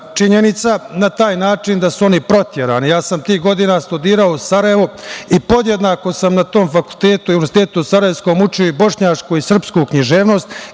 činjenica na taj način da su oni proterani. Ja sam tih godina studirao u Sarajevu i podjednako sam na tom fakultetu i Univerzitetu sarajaevskom učio i bošnjačku i sprsku književnost